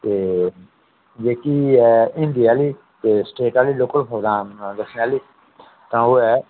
ते जेह्की ऐ हिंदी आह्ली ते स्टेट आह्ली लोकल खबरां दस्सने आह्ली तां ओह् ऐ